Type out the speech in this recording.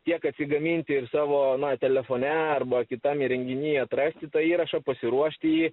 tiek atsigaminti ir savo telefone arba kitam įrenginy atrasti tą įrašą pasiruošti jį